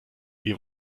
wir